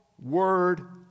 Word